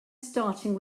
starting